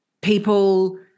people